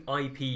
IP